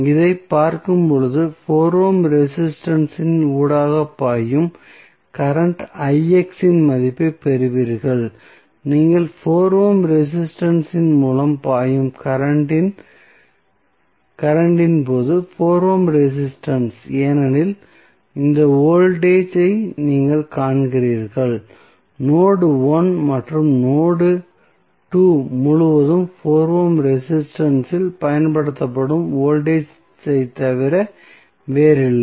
இதைப் பார்க்கும்போது 4 ohm resistance இன் ஊடாக பாயும் கரண்ட் இன் மதிப்பைப் பெறுவீர்கள் நீங்கள் 4 ஓம் ரெசிஸ்டன்ஸ் இன் மூலம் பாயும் கரண்ட் இன் போது 4 ஓம் ரெசிஸ்டன்ஸ் ஏனெனில் இந்த வோல்டேஜ் ஐ நீங்கள் காண்கிறீர்கள் நோடு 1 மற்றும் நோடு 2 முழுவதும் 4 ஓம் ரெசிஸ்டன்ஸ் இல் பயன்படுத்தப்படும் வோல்டேஜ் ஐத் தவிர வேறில்லை